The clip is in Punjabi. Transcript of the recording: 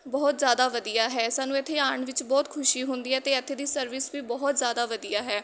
ਬਹੁਤ ਜ਼ਿਆਦਾ ਵਧੀਆ ਹੈ ਸਾਨੂੰ ਇੱਥੇ ਆਉਣ ਵਿੱਚ ਬਹੁਤ ਖੁਸ਼ੀ ਹੁੰਦੀ ਹੈ ਅਤੇ ਇੱਥੇ ਦੀ ਸਰਵਿਸ ਵੀ ਬਹੁਤ ਜ਼ਿਆਦਾ ਵਧੀਆ ਹੈ